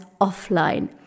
offline